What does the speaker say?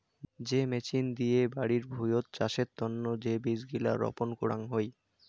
যে মেচিন দিয়ে বাড়ি ভুঁইয়ত চাষের তন্ন যে বীজ গিলা রপন করাং হই